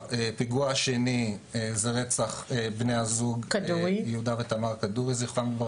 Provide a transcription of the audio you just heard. הפיגוע השני זה רצח בני הזוג יהודה ותמר כדורי ז"ל.